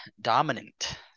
dominant